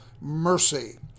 mercy